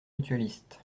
mutualistes